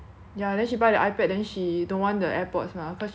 ya then she buy the ipad then she don't want the airpods mah cause she don't use